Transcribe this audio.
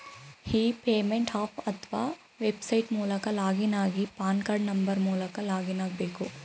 E payment app ಅತ್ವ website ಮೂಲಕ login ಆಗಿ ಪಾನ್ ಕಾರ್ಡ್ ನಂಬರ್ ಮೂಲಕ ಲಾಗಿನ್ ಆಗ್ಬೇಕು